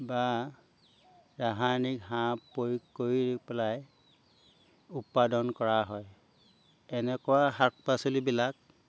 বা ৰাসায়নিক হাঁহ প্ৰয়োগ কৰি পেলাই উৎপাদন কৰা হয় এনেকুৱা শাক পাচলিবিলাক